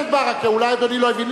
חבר הכנסת ברכה, אולי אדוני לא הבין.